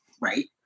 right